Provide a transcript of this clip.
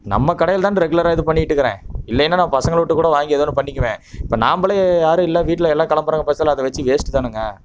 நம்ம கடையில் தான் ரெகுலராக இது பண்ணிகிட்டுக்கறேன் இல்லைன்னா நான் பசங்களை விட்டு கூட வாங்கி ஏதோ ஒன்று பண்ணிக்குவேன் இப்போ நாம்ளே யாரும் இல்லை வீட்டில் எல்லாம் கிளம்புறாங்க பஸ்ஸில் அதை வைச்சு வேஸ்ட்டு தானங்க